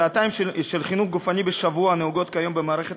בשעתיים של חינוך גופני בשבוע הנהוגות כיום במערכת